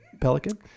pelican